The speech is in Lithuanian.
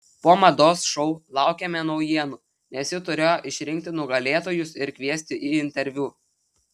po mados šou laukėme naujienų nes ji turėjo išrinkti nugalėtojus ir kviesti į interviu